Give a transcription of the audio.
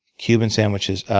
cuban sandwiches.